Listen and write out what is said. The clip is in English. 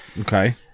Okay